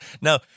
No